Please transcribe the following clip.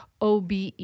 OBE